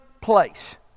place